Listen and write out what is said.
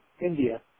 India